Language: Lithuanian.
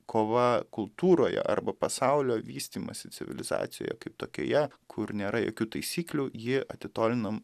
kova kultūroje arba pasaulio vystymąsi civilizacijoje kaip tokioje kur nėra jokių taisyklių jį atitolinam